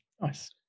Nice